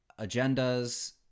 agendas